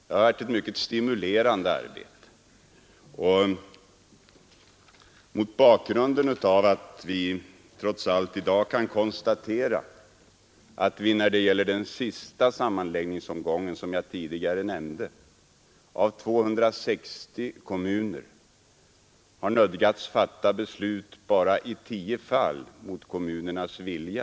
Det har varit ett mycket stimulerande arbete. I den senaste sammanläggningsomgången gällde det 260 kommuner, och endast i tio fall har vi nödgats fatta beslut mot kommunernas vilja.